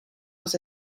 los